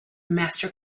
master